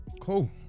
cool